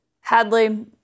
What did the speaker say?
Hadley